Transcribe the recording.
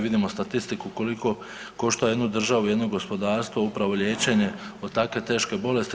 Vidimo statistiku koliko košta jednu državu, jedno gospodarstvo upravo liječenje od takve teške bolesti.